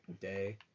day